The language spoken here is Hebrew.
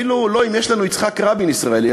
לא אפילו אם יש לנו יצחק רבין ישראלי.